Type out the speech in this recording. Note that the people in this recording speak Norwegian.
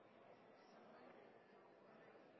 er